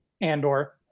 Andor